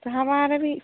तो हमारा भी